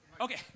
Okay